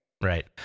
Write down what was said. Right